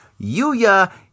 Yuya